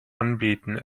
anbieten